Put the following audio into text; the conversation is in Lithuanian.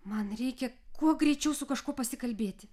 man reikia kuo greičiau su kažkuo pasikalbėti